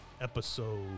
episode